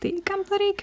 tai kam to reikia